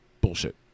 bullshit